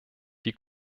die